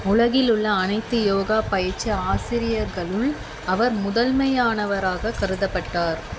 உலகிலுள்ள அனைத்து யோகா பயிற்சி ஆசிரியர்களுள் அவர் முதன்மையானவராக கருதப்பட்டார்